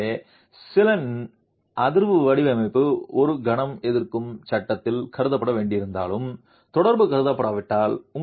எனவே நில அதிர்வு வடிவமைப்பு ஒரு கணம் எதிர்க்கும் சட்டத்தில் கருதப்பட வேண்டியிருந்தாலும் தொடர்பு கருதப்படாவிட்டால்